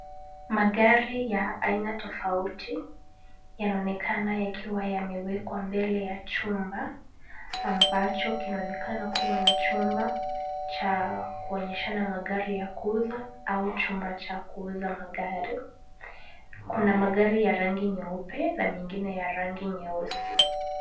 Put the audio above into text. Magari ya aina tofauti yanaonekana yakiwa yamewekwa mbele ya chumba ambacho kinaonekana kuwa ni chumba cha kuonyeshana magari ya kuuza au chumba cha kuuza magari. Kuna magari ya rangi nyeupe na mengine ya rangi nyeusi.